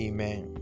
Amen